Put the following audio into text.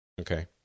Okay